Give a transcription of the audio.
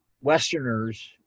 Westerners